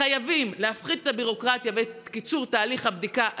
חייבים להפחית את הביורוקרטיה ולקצר את תהליך הבדיקה עצמו,